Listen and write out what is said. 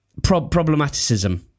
problematicism